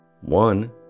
One